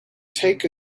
take